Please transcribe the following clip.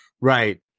Right